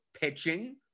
pitching